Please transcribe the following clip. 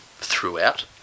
throughout